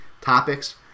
topics